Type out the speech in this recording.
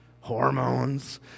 hormones